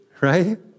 right